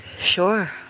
Sure